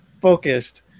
focused